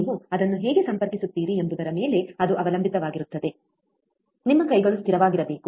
ನೀವು ಅದನ್ನು ಹೇಗೆ ಸಂಪರ್ಕಿಸುತ್ತೀರಿ ಎಂಬುದರ ಮೇಲೆ ಅದು ಅವಲಂಬಿತವಾಗಿರುತ್ತದೆ ನಿಮ್ಮ ಕೈಗಳು ಸ್ಥಿರವಾಗಿರಬೇಕು